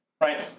Right